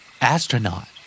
Astronaut